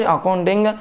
Accounting